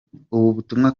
butumwa